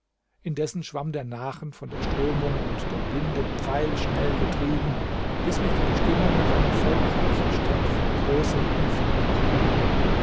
indessen schwamm der nachen von der strömung und dem winde pfeilschnell getrieben bis mich die bestimmung nach einer volkreichen stadt von großem umfang brachte